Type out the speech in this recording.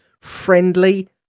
friendly